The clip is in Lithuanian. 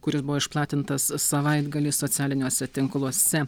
kuris buvo išplatintas savaitgalį socialiniuose tinkluose